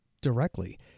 directly